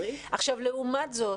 עכשיו, לעומת זאת,